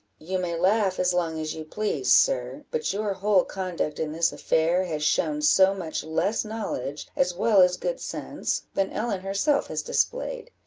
you may laugh as long as you please, sir, but your whole conduct in this affair has shown so much less knowledge, as well as good sense, than ellen herself has displayed,